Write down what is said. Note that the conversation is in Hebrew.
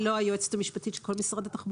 היא לא היועצת המשפטית של כל משרד התחבורה.